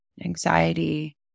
anxiety